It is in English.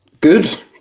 Good